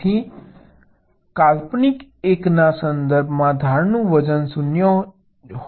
તેથી તેથી કાલ્પનિક એકના સંદર્ભમાં ધારનું વજન 0 હોઈ શકે છે